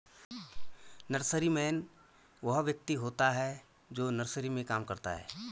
nurseryman वह व्यक्ति होता है जो नर्सरी में काम करता है